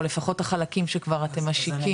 או לפחות החלקים שכבר אתם משיקים?